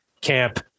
camp